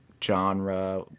Genre